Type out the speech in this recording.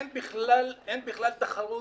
אין בכלל תחרות.